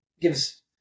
gives